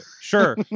Sure